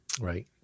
Right